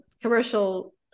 commercial